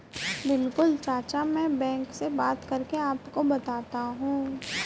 बिल्कुल चाचा में बैंक से बात करके आपको बताता हूं